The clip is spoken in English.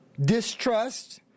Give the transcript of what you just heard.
Distrust